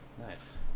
Nice